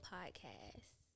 Podcast